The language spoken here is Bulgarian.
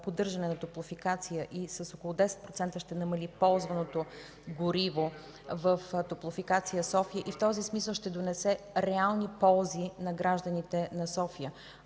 поддържане на топлофикацията и с около 10% ще намали ползването на гориво в „Топлофикация” – София, в този смисъл ще донесе реални ползи на гражданите на София.